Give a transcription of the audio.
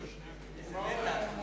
נתקבל.